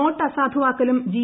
note അസാധുവാക്കലും G